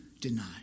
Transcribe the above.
denied